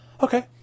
Okay